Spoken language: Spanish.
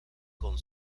con